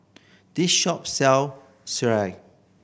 this shop sell